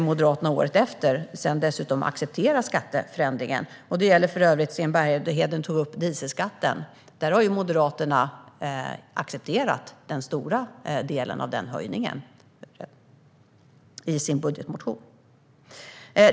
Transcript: Moderaterna brukar acceptera skatteförändringen året därpå. Detta gäller för övrigt även dieselskatten, som Sten Bergheden tog upp. Där har Moderaterna accepterat större delen av höjningen i sin budgetmotion.